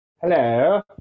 Hello